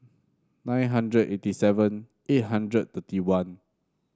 nine hundred eighty seven eight hundred thirty one